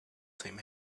same